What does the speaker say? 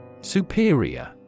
Superior